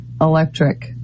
electric